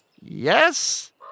yes